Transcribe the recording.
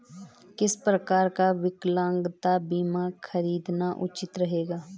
किस प्रकार का विकलांगता बीमा खरीदना उचित रहेगा?